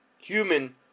human